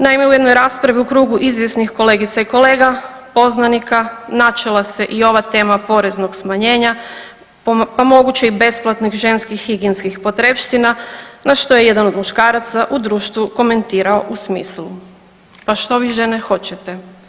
Naime, u jednoj raspravi u krugu izvjesnih kolegica i kolega, poznanika, načela se i ova tema poreznog smanjenja pa moguće i besplatnih ženskih higijenskih potrepština, na što je jedan od muškaraca u društvu komentirao u smislu, pa što vi žene hoćete?